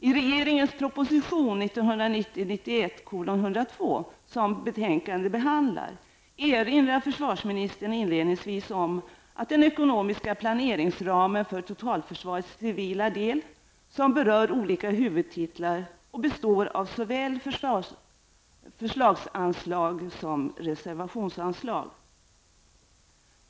I regeringens proposition 1990/91:102, som betänkandet behandlar, erinrar försvarsministern inledningsvis om den ekonomiska planeringsramen för totalförsvarets civila del, som berör olika huvudtitlar och består av såväl förslagsanslag som reservationsanslag.